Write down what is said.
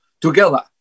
together